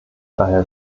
daher